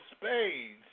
spades